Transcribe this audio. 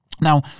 Now